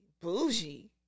Bougie